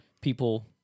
people